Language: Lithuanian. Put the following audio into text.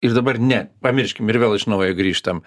ir dabar ne pamirškim ir vėl iš naujo grįžtam